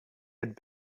had